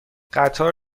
قطار